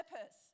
purpose